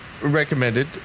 recommended